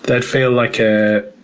they'd feel like a